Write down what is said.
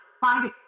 find